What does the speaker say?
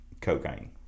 cocaine